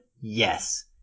yes